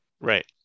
Right